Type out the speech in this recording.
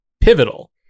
pivotal